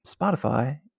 Spotify